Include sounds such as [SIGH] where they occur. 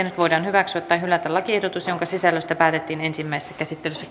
[UNINTELLIGIBLE] nyt voidaan hyväksyä tai hylätä lakiehdotus jonka sisällöstä päätettiin ensimmäisessä käsittelyssä [UNINTELLIGIBLE]